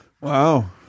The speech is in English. wow